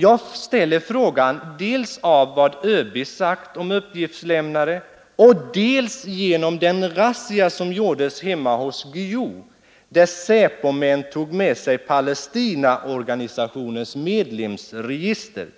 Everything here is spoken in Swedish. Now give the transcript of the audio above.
Jag ställer frågan dels på grund av vad ÖB sagt om uppgiftslämnare, dels med anledning av den razzia som gjordes hemma hos Guillou där Säpo-män tog med sig Palestinaorganisationens medlemsregister.